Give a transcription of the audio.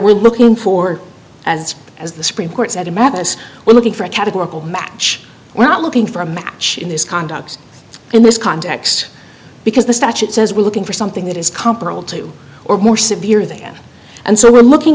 we're looking for as as the supreme court said imagine as we're looking for a categorical match we're not looking for a match in this conduct in this context because the statute says we're looking for something that is comparable to or more severe than and so we're looking